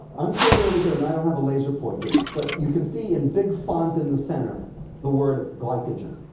i'm standing over here and i don't have a laser pointer, but you can see in big font in the center the word glycogen.